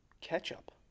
Ketchup